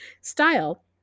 style